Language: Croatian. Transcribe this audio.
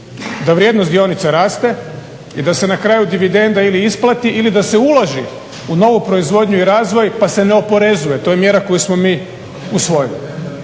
da vrijednost dionica raste i da se na kraju dividenda ili isplati ili da se uloži u novu proizvodnju i razvoj pa se ne oporezuje. To je mjera koju smo mi usvojili.